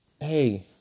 Hey